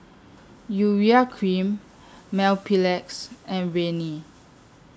Urea Cream Mepilex and Rene